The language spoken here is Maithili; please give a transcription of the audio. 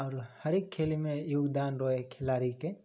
आओर हरेक खेलमे योगदान रहै हइ खेलाड़ीके